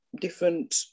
different